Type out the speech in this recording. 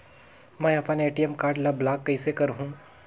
मै अपन ATM card ल ब्लाक कइसे करहूं?